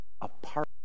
apart